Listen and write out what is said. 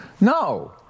No